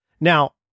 Now